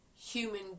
Human